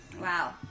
Wow